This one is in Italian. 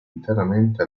interamente